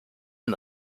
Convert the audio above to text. and